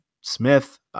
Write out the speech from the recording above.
Smith